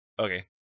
okay